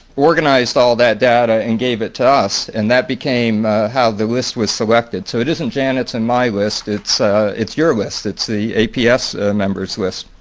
organized all that data and gave it to us and that became how the list was selected. so it isn't janet's and my list. it's it's your list. it's the aps member's list.